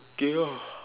K ah